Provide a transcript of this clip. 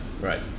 right